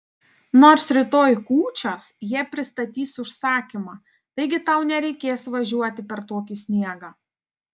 nors rytoj kūčios jie pristatys užsakymą taigi tau nereikės važiuoti per tokį sniegą